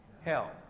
hell